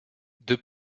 deux